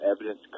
evidence